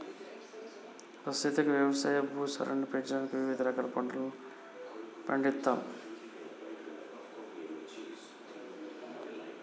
అసలు సీతక్క యవసాయ భూసారాన్ని పెంచడానికి వివిధ రకాల పంటలను పండిత్తమ్